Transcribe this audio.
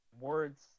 words